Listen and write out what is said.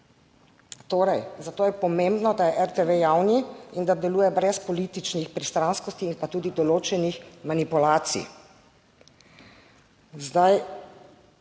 Torej zato je pomembno, da je RTV javni in da deluje brez političnih pristranskosti in pa tudi določenih manipulacij.